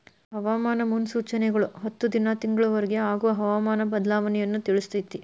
ಹವಾಮಾನ ಮುನ್ಸೂಚನೆಗಳು ಹತ್ತು ದಿನಾ ತಿಂಗಳ ವರಿಗೆ ಆಗುವ ಹವಾಮಾನ ಬದಲಾವಣೆಯನ್ನಾ ತಿಳ್ಸಿತೈತಿ